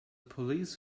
police